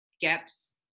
Gap's